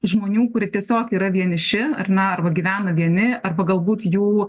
žmonių kurie tiesiog yra vieniši ar ne arba gyvena vieni arba galbūt jų